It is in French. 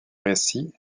récit